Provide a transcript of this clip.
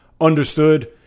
Understood